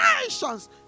Nations